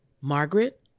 Margaret